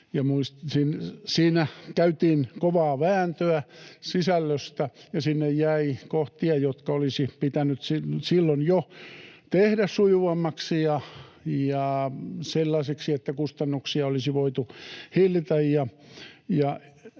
siinä käytiin kovaa vääntöä sisällöstä ja sinne jäi kohtia, jotka olisi pitänyt silloin jo tehdä sujuvammaksi ja sellaiseksi, että kustannuksia olisi voitu hillitä